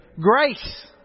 Grace